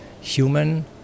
human